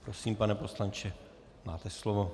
Prosím, pane poslanče, máte slovo.